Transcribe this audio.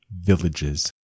Villages